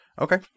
Okay